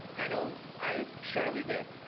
i know i surely did